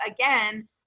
again